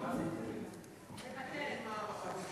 מוותרת.